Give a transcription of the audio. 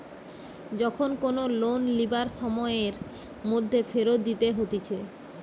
যখন কোনো লোন লিবার সময়ের মধ্যে ফেরত দিতে হতিছে